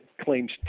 claims